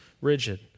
rigid